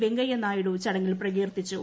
വെങ്കയ്യ നായിഡു ചടങ്ങിൽ പ്രകീർത്തിച്ചു